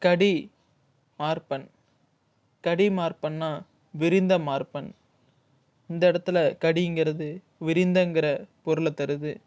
கடி மார்பன் கடிமார்பன்னா விரிந்த மார்பன் இந்த இடத்துல கடிங்கிறது விரிந்தங்கிற பொருளை தருது